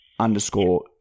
underscore